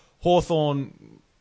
Hawthorne